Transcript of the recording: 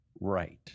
right